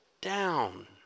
down